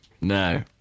No